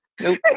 Nope